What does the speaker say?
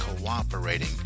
cooperating